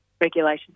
regulation